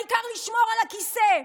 העיקר לשמור על הכיסא,